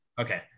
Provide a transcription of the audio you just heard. Okay